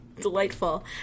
delightful